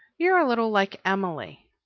you are a little like emily.